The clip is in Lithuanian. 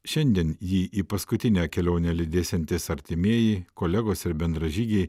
šiandien jį į paskutinę kelionę lydėsiantys artimieji kolegos ir bendražygiai